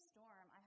Storm